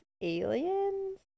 aliens